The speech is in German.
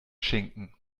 schinken